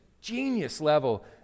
genius-level